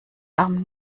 abend